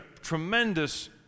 tremendous